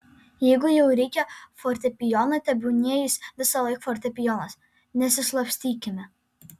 jeigu jau reikia fortepijono tebūnie jis visąlaik fortepijonas nesislapstykime